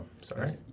sorry